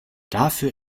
dafür